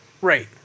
Right